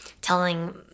telling